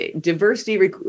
diversity